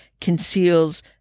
conceals